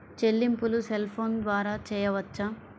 చెల్లింపులు cell phone ద్వారా చేయవచ్చా?